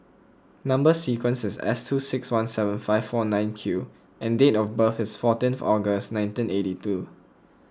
Number Sequence is S two six one seven five four nine Q and date of birth is fourteenth August nineteen eighty two